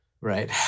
Right